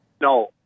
No